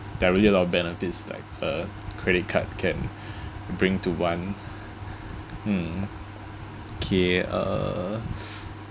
there are really a lot of benefit like a credit card can bring to one mm okay uh